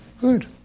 Good